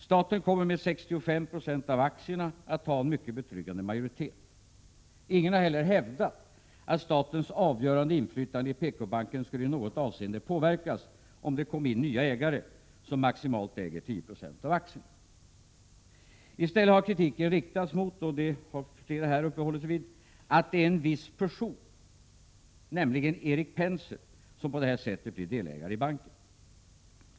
Staten kommer med 65 90 av aktierna att ha en mycket betryggande majoritet. Ingen har heller hävdat att statens avgörande inflytande i PKbanken skulle i något avseende påverkas om det kom in nya ägare som maximalt äger 10 96 av aktierna. I stället har kritiken riktats mot — det har flera här uppehållit sig vid — att det är en viss person, nämligen Erik Penser, som på det här sättet blir delägare i banken.